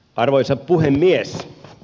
arvoisa puhemies